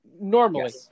normally